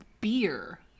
beer